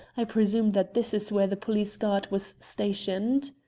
i presume that this is where the police guard was stationed?